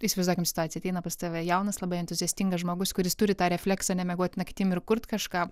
įsivaizduokim situaciją ateina pas tave jaunas labai entuziastingas žmogus kuris turi tą refleksą nemiegoti naktim ir kurt kažką